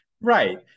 Right